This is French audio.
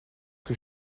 que